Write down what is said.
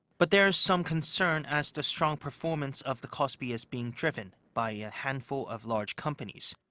but there's some concern as the strong performance of the kospi is being driven by a handful of large companies.